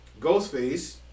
Ghostface